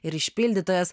ir išpildytojas